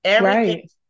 Right